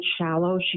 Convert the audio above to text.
shallow